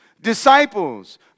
Disciples